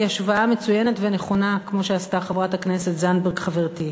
כפי שהשוותה חברת הכנסת זנדברג חברתי,